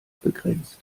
begrenzt